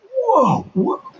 whoa